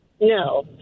No